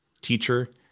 teacher